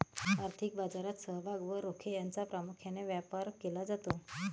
आर्थिक बाजारात समभाग व रोखे यांचा प्रामुख्याने व्यापार केला जातो